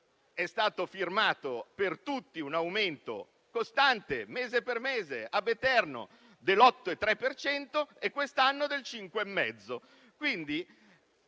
è stato firmato per tutti un aumento costante, mese per mese, *ab aeterno*, dell'8,3 per cento e quest'anno del 5,5